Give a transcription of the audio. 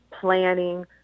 Planning